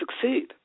succeed